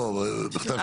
לא את,